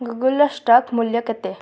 ଗୁଗୁଲ୍ର stock ମୂଲ୍ୟ କେତେ